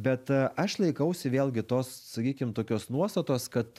bet aš laikausi vėlgi tos sakykim tokios nuostatos kad